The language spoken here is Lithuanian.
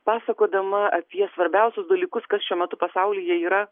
pasakodama apie svarbiausius dalykus kas šiuo metu pasaulyje yra